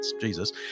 Jesus